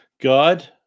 God